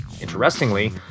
Interestingly